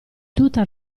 tutta